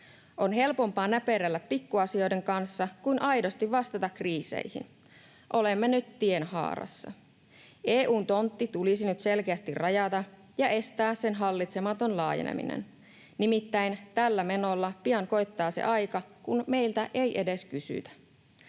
On helpompaa näperrellä pikkuasioiden kanssa kuin aidosti vastata kriiseihin. Olemme nyt tienhaarassa. EU:n tontti tulisi nyt selkeästi rajata ja estää sen hallitsematon laajeneminen. Nimittäin tällä menolla pian koittaa se aika, kun meiltä ei edes kysytä.